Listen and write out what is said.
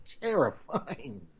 terrifying